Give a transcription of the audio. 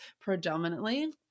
predominantly